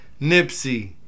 Nipsey